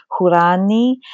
Hurani